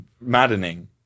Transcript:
maddening